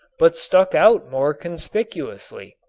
but stuck out more conspicuously.